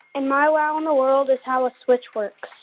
and my wow in the world is how a switch works.